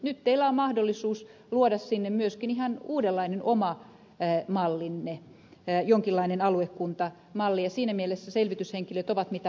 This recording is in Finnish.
nyt teillä on mahdollisuus luoda sinne myöskin ihan uudenlainen oma mallinne jonkinlainen aluekuntamalli ja siinä mielessä selvityshenkilöt ovat mitä parhaita